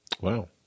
Wow